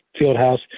Fieldhouse